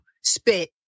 spit